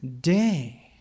day